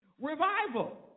Revival